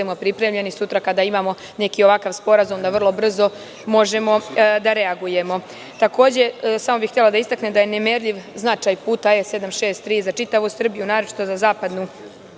budemo pripremljeni sutra kada imamo neki ovakav sporazum, da vrlo brzo možemo da reagujemo. Takođe, samo bih htela da istaknem da je nemerljiv značaj puta E 763 za čitavu Srbiju, naročito za zapadnu